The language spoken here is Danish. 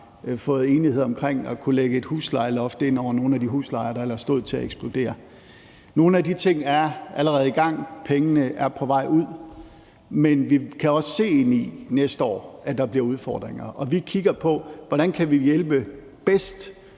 opnået enighed om at kunne lægge et huslejeloft over nogle af de huslejer, der ellers stod til at eksplodere. Nogle af de ting er allerede i gang, pengene er på vej ud, men vi kan også se ind i, at der næste år bliver udfordringer, og vi kigger på, hvordan vi bedst kan hjælpe i den